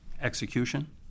execution